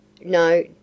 No